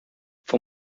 for